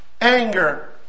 anger